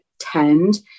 attend